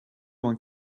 vingt